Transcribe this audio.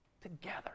together